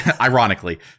Ironically